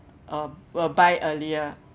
uh will buy earlier